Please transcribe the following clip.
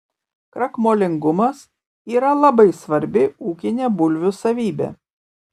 krakmolingumas yra labai svarbi ūkinė bulvių savybė